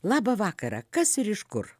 labą vakarą kas ir iš kur